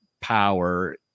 power